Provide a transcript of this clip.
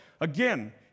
again